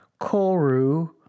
Koru